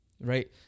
right